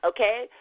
Okay